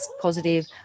positive